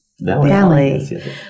Valley